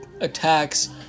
attacks